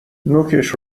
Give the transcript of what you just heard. نوکش